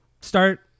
start